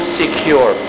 secure